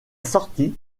sortie